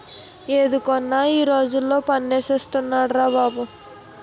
ఏది కొన్నా ఈ రోజుల్లో పన్ను ఏసేస్తున్నార్రా బాబు